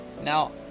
now